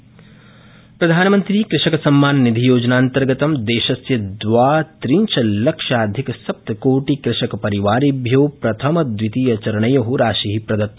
कृषकसम्माननिधियोजनान्तर्गतं प्रधानमंत्रीकृषकसम्माननिधियोजनान्तर्गतं देशस्य द्वात्रिशल्लक्षाधिकसप्तकोटि कृषकपरिवारेभ्यो प्रथमद्वितीयचरणयो राशि प्रदत्त